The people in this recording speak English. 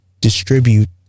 distribute